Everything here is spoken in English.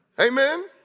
Amen